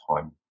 time